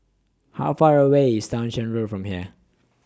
How Far away IS Townshend Road from here